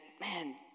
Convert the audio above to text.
man